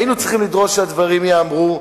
היינו צריכים לדרוש שהדברים ייאמרו,